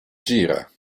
gira